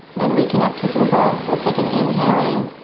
then reconnect with your breath. we'll take an inhale in